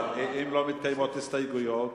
אבל אם לא מתקיימות הסתייגויות?